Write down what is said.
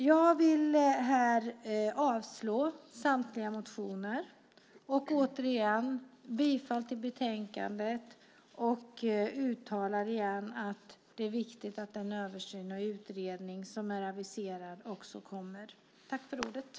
Jag vill yrka avslag på samtliga motioner och bifall till förslaget i betänkandet och uttalar igen att det är viktigt att den översyn och utredning som är aviserad också görs.